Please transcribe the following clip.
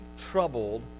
troubled